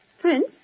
Prince